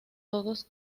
todos